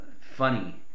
funny